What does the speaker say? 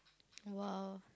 !wow!